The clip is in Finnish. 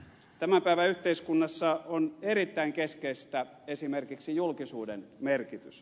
tämän päivän yhteiskunnassa on erittäin keskeistä esimerkiksi julkisuuden merkitys